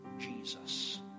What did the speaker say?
Jesus